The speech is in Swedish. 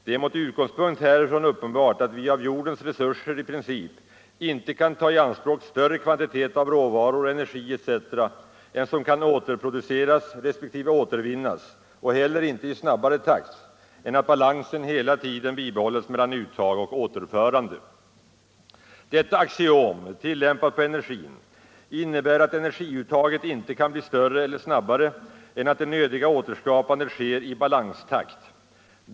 Det är med utgångspunkt härifrån uppenbart att vi av jordens resurser i princip icke kan ta i anspråk större kvantitet av råvaror, energi etc. än som kan återproduceras resp. återvinnas och heller inte i snabbare takt än att balansen hela tiden bibehålles mellan uttag och återförande. Detta axiom tillämpat på energin innebär att energiuttaget inte kan bli större eller snabbare än att det nödiga återskapandet sker i ”balans takt”.